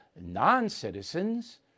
non-citizens